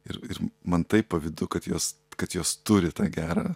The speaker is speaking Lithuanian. ir ir man taip pavydu kad jos kad jos turi tą gerą